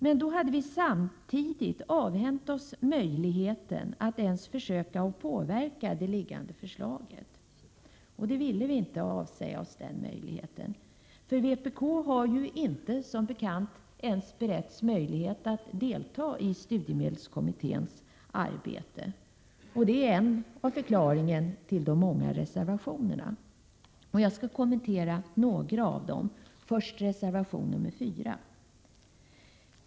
Men då hade vi samtidigt avhänt oss möjligheten att ens försöka påverka det liggande förslaget, och det ville vi inte göra. Vpk har som bekant inte ens beretts möjlighet att delta i studiemedelskommitténs arbete, och det är en av förklaringarna till att reservationerna är så många. Jag skall kommentera några av dem, först reservation nr 4.